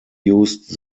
used